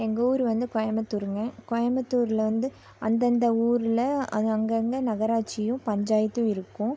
எங்கள் ஊர் வந்து கோயமுத்தூருங்க கோயமுத்தூர்ல வந்து அந்தந்த ஊரில் அங்கங்க நகராட்சியும் பஞ்சாயத்தும் இருக்கும்